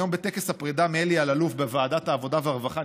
היום בטקס הפרידה מאלי אלאלוף בוועדת העבודה והרווחה,